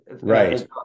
right